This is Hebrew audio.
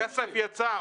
הכסף יצא.